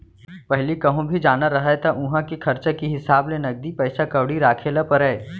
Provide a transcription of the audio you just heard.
पहिली कहूँ भी जाना रहय त उहॉं के खरचा के हिसाब ले नगदी पइसा कउड़ी राखे ल परय